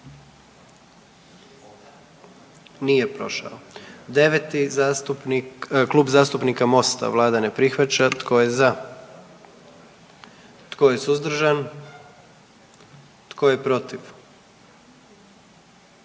dio zakona. 44. Kluba zastupnika SDP-a, vlada ne prihvaća. Tko je za? Tko je suzdržan? Tko je protiv?